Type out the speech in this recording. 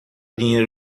dinheiro